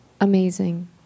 Amazing